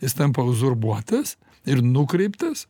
jis tampa uzurbuotas ir nukreiptas